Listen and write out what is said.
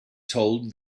told